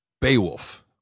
Beowulf